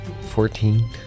Fourteen